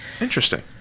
interesting